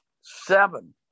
seven